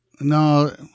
No